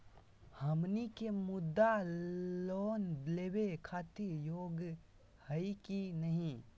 हमनी के मुद्रा लोन लेवे खातीर योग्य हई की नही?